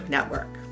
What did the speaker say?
Network